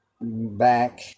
back